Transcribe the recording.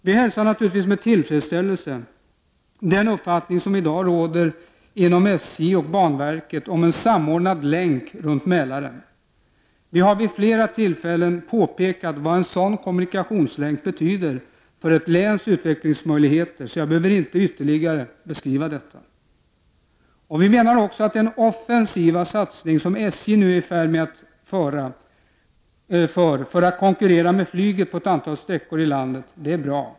Vi hälsar naturligtvis med tillfredsställelse den uppfattning som i dag råder inom SJ banverket om en samordnad länk runt Mälaren. Vi har vid flera tillfällen påpekat vad en sådan kommunikationslänk betyder för ett läns utvecklingsmöjligheter, så jag behöver inte ytterligare beskriva detta. Vi menar också att den offensiva satsning som SJ nu är i färd med för att konkurrera med flyget på ett antal sträckor i landet är bra.